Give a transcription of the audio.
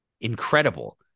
incredible